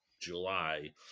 July